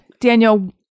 Daniel